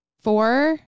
four